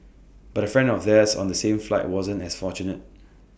but A friend of theirs on the same flight wasn't as fortunate